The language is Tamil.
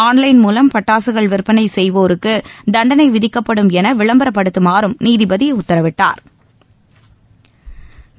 ஆன்லைன் மூலம் பட்டாசுகள் விற்பனை செய்வோருக்கு தண்டனை விதிக்கப்படும் என விளம்பரப்படுத்துமாறும் நீதிபதி உத்தரவிட்டாா்